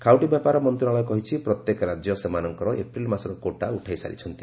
ଖାଉଟି ବ୍ୟାପାର ମନ୍ତ୍ରଶାଳୟ କହିଛି ପ୍ରତ୍ୟେକ ରାଜ୍ୟ ସେମାନଙ୍କର ଏପ୍ରିଲ୍ ମାସର କୋଟା ଉଠାଇ ସାରିଛନ୍ତି